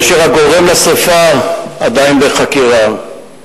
הגורם לשרפה עדיין בחקירה.